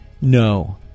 no